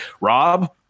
rob